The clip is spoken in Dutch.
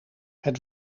het